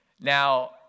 Now